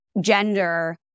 gender